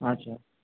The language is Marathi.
अच्छा